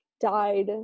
died